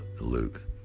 Luke